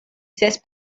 ses